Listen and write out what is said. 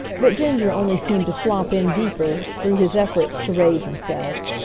but ginger only seemed to flop in deeper, through his efforts to raise himself.